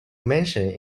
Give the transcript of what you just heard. mentioned